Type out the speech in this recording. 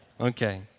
Okay